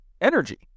energy